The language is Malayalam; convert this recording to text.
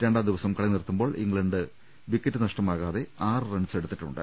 രണ്ടാംദിവസം കളി നിർത്തുമ്പോൾ ഇംഗ്ലണ്ട് വിക്കറ്റ് നഷ്ടമാകാതെ ആറ് റൺസ് എടുത്തിട്ടുണ്ട്